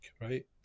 right